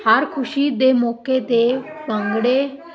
ਹਰ ਖੁਸ਼ੀ ਦੇ ਮੌਕੇ 'ਤੇ ਭੰਗੜੇ